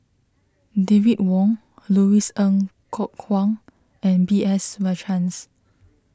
David Wong Louis Ng Kok Kwang and B S Rajhans